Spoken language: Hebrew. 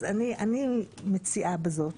אז אני מציעה בזאת,